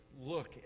look